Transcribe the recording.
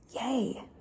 Yay